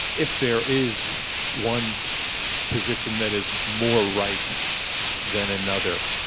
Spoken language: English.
if there is one position that is more right than another,